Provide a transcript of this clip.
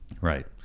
Right